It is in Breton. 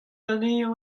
anezhañ